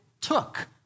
took